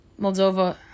Moldova